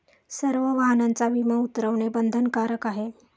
सर्व वाहनांचा विमा उतरवणे बंधनकारक आहे